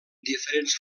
diferents